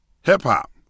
hip-hop